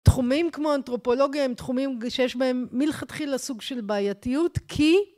תחומים כמו אנתרופולוגיה הם תחומים שיש בהם מלכתחילה סוג של בעייתיות, כי...